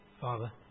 Father